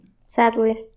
sadly